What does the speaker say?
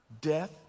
death